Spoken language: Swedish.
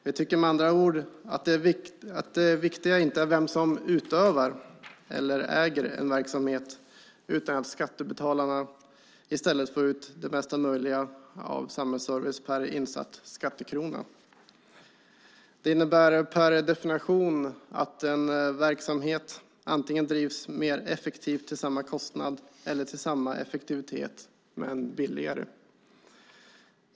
Vi tycker med andra ord att det viktiga inte är vem som utövar eller äger en verksamhet utan att skattebetalarna i stället får ut mesta möjliga samhällsservice per insatt skattekrona. Det innebär per definition att en verksamhet antingen drivs mer effektivt till samma kostnad eller med samma effektivitet men billigare.